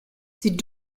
sie